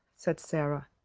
said sara.